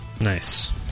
nice